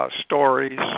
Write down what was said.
Stories